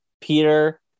Peter